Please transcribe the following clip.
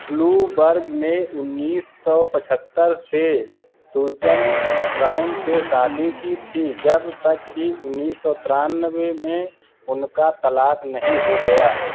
Bloomberg ने उन्नीस सौ पचहत्तर से सूजन ब्राउन से शादी की थी जब तक कि उन्नीस सौ तिरानवे में उनका तलाक नहीं हो गया